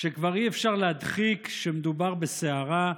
שכבר אי-אפשר להדחיק שמדובר בסערה,